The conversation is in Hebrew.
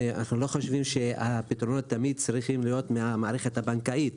אנחנו לא חושבים שהפתרונות תמיד צריכים להיות מהמערכת הבנקאית,